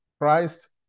Christ